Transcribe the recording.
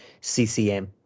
CCM